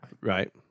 Right